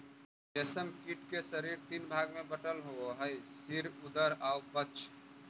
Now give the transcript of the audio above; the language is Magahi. रेशम कीट के शरीर तीन भाग में बटल होवऽ हइ सिर, उदर आउ वक्ष